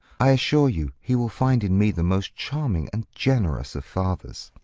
i assure you, he will find in me the most charming and generous of fathers.